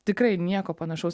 tikrai nieko panašaus